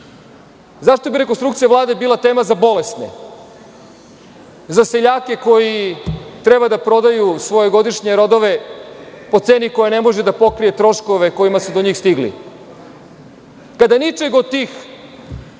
Zašto bi rekonstrukcija Vlade bila tema za bolesne, za seljake koji treba da prodaju svoje godišnje rodove po ceni koja ne može da pokrije troškove kojima su do njih stigli? Kada ničeg od tih